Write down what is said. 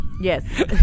Yes